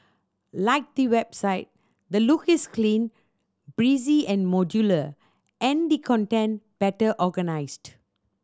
like the website the look is clean breezy and modular and the content better organised